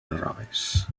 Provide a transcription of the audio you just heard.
robes